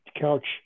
couch